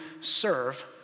serve